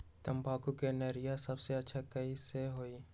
तम्बाकू के निरैया सबसे अच्छा कई से होई?